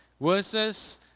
versus